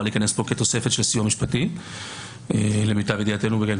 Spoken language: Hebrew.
להיכנס פה כתוספת של סיוע משפטי למיטב ידיעתנו.